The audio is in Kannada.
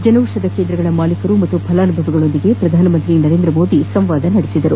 ಜನೌಷಧ ಕೇಂದ್ರಗಳ ಮಾಲೀಕರು ಮತ್ತು ಫಲಾನುಭವಿಗಳೊಂದಿಗೆ ಪ್ರಧಾನ ಮಂತ್ರಿ ನರೇಂದ್ರ ಮೋದಿ ಸಂವಾದ ನಡೆಸಿದರು